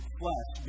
flesh